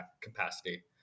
capacity